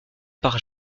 par